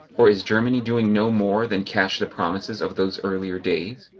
or is germany doing no more than cash the promises of those earlier days?